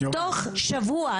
תוך שבוע,